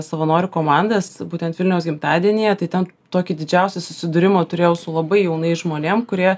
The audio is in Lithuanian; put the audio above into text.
savanorių komandas būtent vilniaus gimtadienyje tai ten tokį didžiausią susidūrimą turėjau su labai jaunais žmonėm kurie